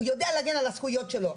הוא יודע להגן על הזכויות שלו.